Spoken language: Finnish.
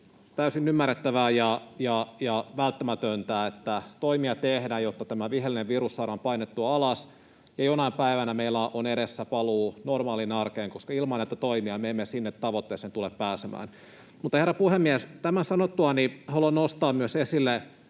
täysin ymmärrettävää ja välttämätöntä, että toimia tehdään, jotta tämä viheliäinen virus saadaan painettua alas, ja jonain päivänä meillä on edessä paluu normaaliin arkeen, koska ilman näitä toimia me emme sinne tavoitteeseen tule pääsemään. Mutta, herra puhemies, tämän sanottuani haluan nostaa myös esille